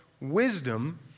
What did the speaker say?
wisdom